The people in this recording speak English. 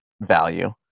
value